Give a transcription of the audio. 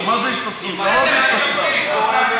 היא מסיתה.